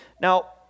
Now